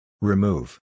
Remove